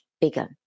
bigger